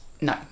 No